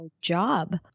job